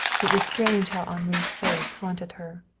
it was strange how henri's face haunted her.